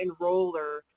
enroller